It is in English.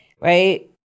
right